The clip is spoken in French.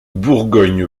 bourgogne